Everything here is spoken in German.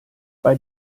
bei